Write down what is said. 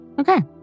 Okay